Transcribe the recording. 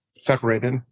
Separated